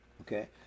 Okay